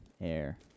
air